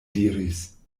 diris